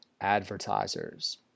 advertisers